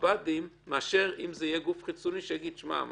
המב"דים מאשר אם זה יהיה גוף חיצוני שיגיד: שמע,